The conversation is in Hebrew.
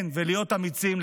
כן, ולהיות אמיצים.